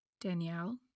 Danielle